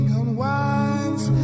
unwinds